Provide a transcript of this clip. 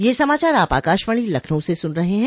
ब्रे क यह समाचार आप आकाशवाणी लखनऊ से सुन रहे हैं